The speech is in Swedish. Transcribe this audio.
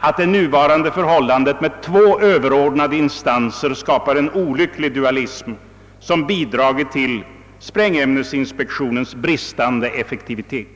att det nuvarande förhållandet med två överordnade instanser skapar en olycklig dualism som <bidragit = till sprängämnesinspektionens bristande effektivitet.